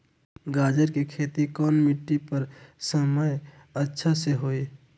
गाजर के खेती कौन मिट्टी पर समय अच्छा से होई?